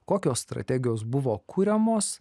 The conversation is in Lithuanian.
kokios strategijos buvo kuriamos